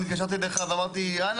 אני התקשרתי אליך ואמרתי רן,